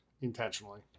intentionally